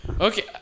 Okay